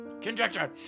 Conjecture